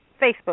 Facebook